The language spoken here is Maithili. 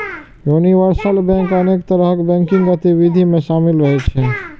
यूनिवर्सल बैंक अनेक तरहक बैंकिंग गतिविधि मे शामिल रहै छै